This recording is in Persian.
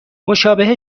مشابه